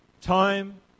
time